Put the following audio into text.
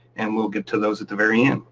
and we'll get to those at the very end.